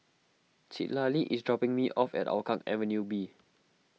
Citlali is dropping me off at Hougang Avenue B